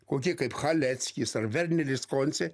kokie kaip chaleckis ar verneris koncė